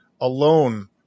alone